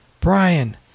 Brian